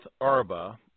Arba